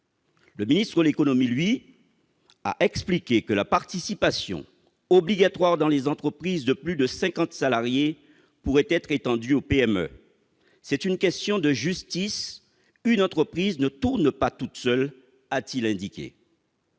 le ministre de l'économie a expliqué que la participation, obligatoire dans les entreprises de plus de 50 salariés, pourrait être étendue aux petites et moyennes entreprises. « C'est une question de justice, une entreprise ne tourne pas toute seule », a-t-il indiqué.